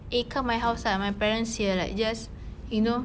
eh come my house ah my parents here like just you know